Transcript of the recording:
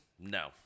No